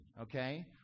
okay